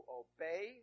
obey